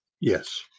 yes